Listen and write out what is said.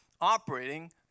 operating